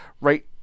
right